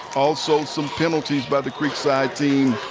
also, some penalties by the creekside team.